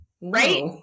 Right